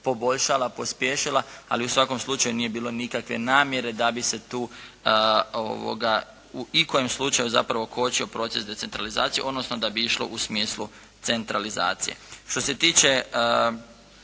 poboljšala, pospješila, ali u svakom slučaju nije bilo nikakve namjere da bi se tu u ikojem slučaju zapravo kočio proces decentralizacije, odnosno oda bi išlo u smislu centralizacije. Što se tiče